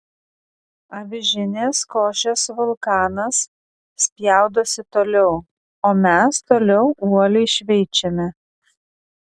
avižinės košės vulkanas spjaudosi toliau o mes toliau uoliai šveičiame